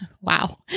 wow